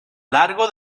largo